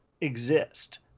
exist